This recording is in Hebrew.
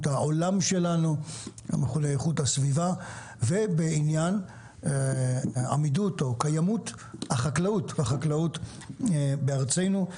העולם שלנו; באיכות הסביבה; ובעניין קיימות החקלאות בארצנו.